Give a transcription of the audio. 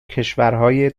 کشورهای